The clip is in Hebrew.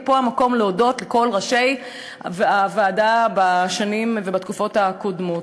ופה המקום להודות לכל ראשי הוועדה בשנים ובתקופות הקודמות.